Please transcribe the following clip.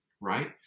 right